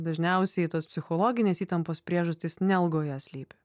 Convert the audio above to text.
dažniausiai tos psichologinės įtampos priežastys ne algoje slypi